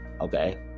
Okay